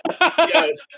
Yes